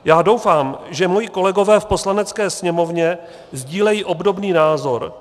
Já doufám, že moji kolegové v Poslanecké sněmovně sdílejí obdobný názor.